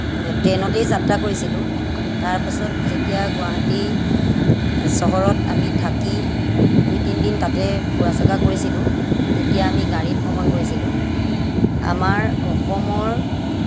ট্ৰেইনতে যাত্ৰা কৰিছিলোঁ তাৰ পাছত যেতিয়া গুৱাহাটী চহৰত আমি থাকি দুই তিনিদিন তাতেই ফুৰা চকা কৰিছিলোঁঁ তেতিয়া আমি গাড়ীত ভ্ৰমণ কৰিছিলোঁ আমাৰ অসমৰ